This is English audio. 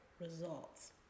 results